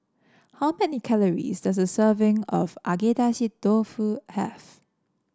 how many calories does a serving of Agedashi Dofu have